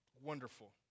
wonderful